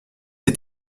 est